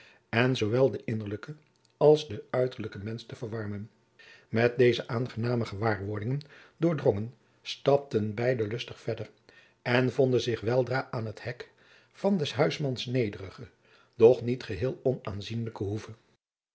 en zoowel den innerlijken als den uiterlijken mensch te verwarmen met deze aangename gewaarwordingen doordrongen stapten beide lustig verder en vonden zich weldra aan het hek van des huismans nederige doch niet geheel onaanzienlijke hoeve